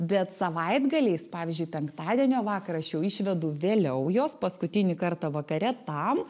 bet savaitgaliais pavyzdžiui penktadienio vakarą aš jau išvedu vėliau juos paskutinį kartą vakare tam